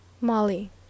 Molly